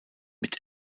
mit